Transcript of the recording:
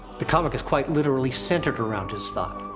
the comic is, quite literally, centered around his thought.